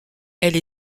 elle